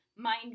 Mind